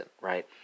right